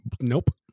Nope